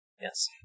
Yes